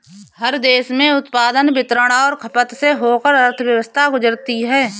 हर देश में उत्पादन वितरण और खपत से होकर अर्थव्यवस्था गुजरती है